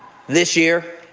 this year,